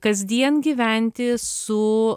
kasdien gyventi su